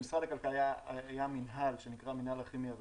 במשרד הכלכלה היה מינהל שנקרא "מינהל הכימיה והסביבה".